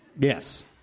Yes